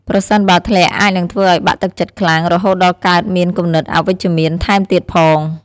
ប្រសិនបើ ធ្លាក់អាចនឹងធ្វើឲ្យបាក់ទឹកចិត្តខ្លាំង រហូតដល់កើតមានគំនិតអវិជ្ជមានថែមទៀតផង។